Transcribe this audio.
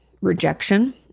rejection